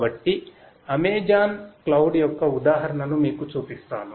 కాబట్టి Amazon cloud యొక్క ఉదాహరణను మీకు చూపిస్తాను